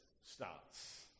starts